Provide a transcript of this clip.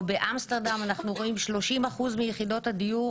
או באמסטרדם אנחנו רואים 70% מיחידות הדיור,